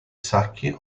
sacchi